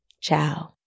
Ciao